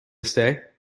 stay